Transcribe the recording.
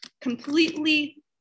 completely